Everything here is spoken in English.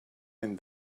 and